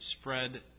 spread